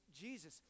Jesus